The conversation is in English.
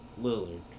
lillard